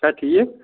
چھا ٹھیٖک